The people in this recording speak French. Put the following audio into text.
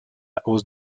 hausse